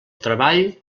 treball